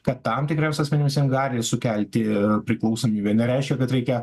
kad tam tikriems asmenims jin gali sukelti priklausomybę nereiškia kad reikia